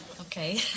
Okay